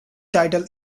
title